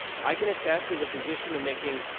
i can attest as a physician to making,